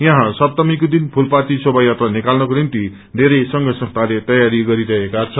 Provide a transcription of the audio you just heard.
यहाँ सप्तमीको दिन फूलपाती शोभायात्रा निकाल्नको निम्ति धेरै सघ संस्थाले तयारी गरिरहेका छन्